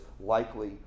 likely